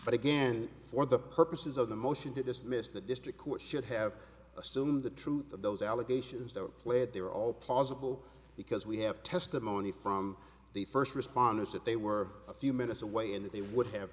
but again for the purposes of the motion to dismiss the district court should have assumed the truth of those allegations that were played there all possible because we have testimony from the first responders that they were a few minutes away and they would have